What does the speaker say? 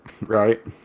right